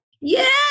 Yes